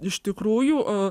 iš tikrųjų a